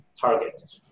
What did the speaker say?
target